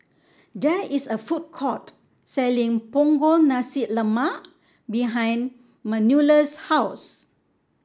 there is a food court selling Punggol Nasi Lemak behind Manuela's house